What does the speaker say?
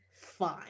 fine